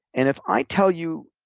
and if i tell you,